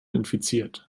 infiziert